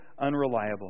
unreliable